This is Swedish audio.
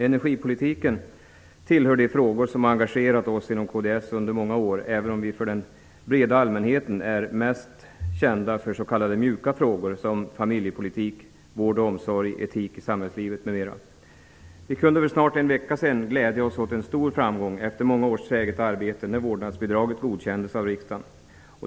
Energipolitiken tillhör de frågor som engagerat oss inom kds under många år, även om vi för den breda allmänheten är mest kända för s.k. mjuka frågor, som familjepolitik, vård och omsorg, etik i samhällslivet m.m. Vi kunde för snart en vecka sedan glädja oss åt en stor framgång -- efter många års träget arbete -- när vårdnadsbidraget godkändes av riksdagen.